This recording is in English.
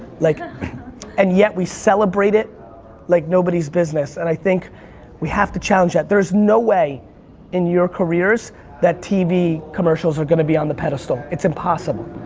like ah and yet we celebrate it like nobody's business. and i think we have to challenge that. there's no way in your careers that tv commercials are gonna be on the pedestal, it's impossible.